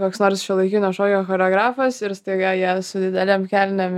koks nors šiuolaikinio šokio choreografas ir staiga jie su didelėm kelnėm